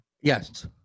yes